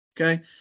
Okay